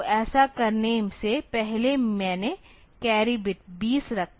तो ऐसा करने से पहले मैंने कैरी बिट 20 कहा